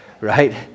right